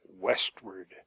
westward